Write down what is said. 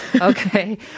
Okay